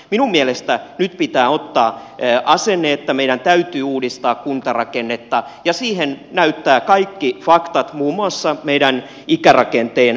minun mielestä pitää ottaa ne asenne että meidän täytyy uudistaa kuntarakennetta ja siihen näyttää kaikki faktat muun muassa meidän ikärakenteen